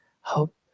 hope